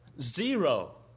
Zero